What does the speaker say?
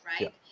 right